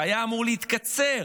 שהיו אמורים להתקצר,